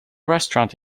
restaurant